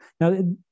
Now